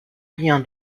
bien